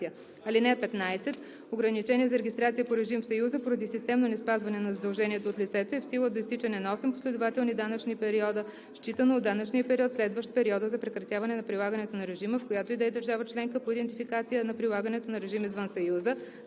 (15) Ограничение за регистрация по режим в Съюза поради системно неспазване на задължението от лицето е в сила до изтичане на осем последователни данъчни периода считано от данъчния период, следващ периода на прекратяване на прилагането на режима в която и да е държава членка по идентификация на прилагането на режим извън Съюза,